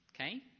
Okay